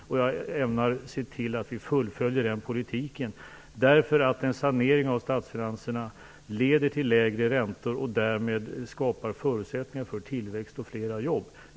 Jag ämnar se till att vi fullföljer den politiken, därför att en sanering av statsfinanserna leder till lägre räntor och skapar därmed förutsättningar för tillväxt och flera jobb.